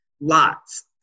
lots